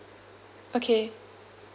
okay